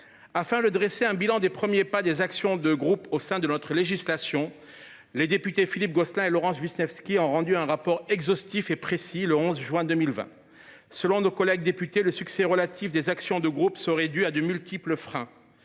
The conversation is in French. Afin de dresser un bilan des premiers pas de l’action de groupe au sein de notre législation, les députés Philippe Gosselin et Laurence Vichnievsky ont rendu, le 11 juin 2020, un rapport exhaustif et précis. Selon nos collègues députés, le caractère relatif du succès des actions de groupe serait dû à de multiples freins.